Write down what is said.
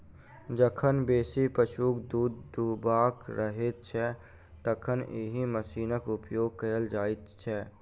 जखन बेसी पशुक दूध दूहबाक रहैत छै, तखन एहि मशीनक उपयोग कयल जाइत छै